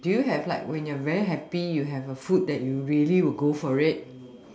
do you have like when you're very happy you have a food that you will go for it